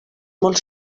molt